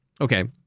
okay